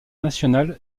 national